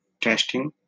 testing